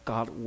God